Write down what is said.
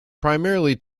primarily